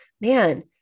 man